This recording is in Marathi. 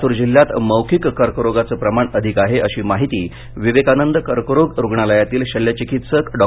लातूर जिल्ह्यात मौखीक कर्करोगाचं प्रमाण अधिक आहे अशी माहिती विवेकानंद कर्करोग रुग्णालयातील शल्यचिकित्सक डॉ